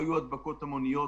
הגיוני.